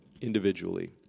individually